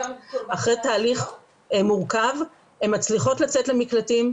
אחרי תהליך מורכב הן מצליחות לצאת למקלטים,